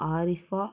Arifa